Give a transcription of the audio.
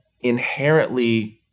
inherently